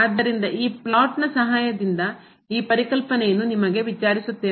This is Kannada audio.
ಆದ್ದರಿಂದ ಈ ಫ್ಲಾಟ್ ನ ಸಹಾಯದಿಂದ ಈ ಪರಿಕಲ್ಪನೆಯನ್ನು ನಿಮಗೆ ವಿವರಿಸುತ್ತೇನೆ